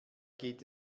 geht